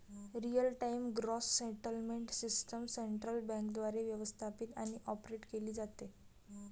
real time gross settlement system central बँकेद्वारे व्यवस्थापित आणि ऑपरेट केली जाते